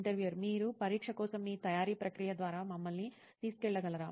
interviewer మీరు పరీక్ష కోసం మీ తయారీ ప్రక్రియ ద్వారా మమ్మల్ని తీసుకెళ్లగలరా